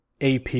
AP